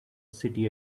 city